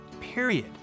period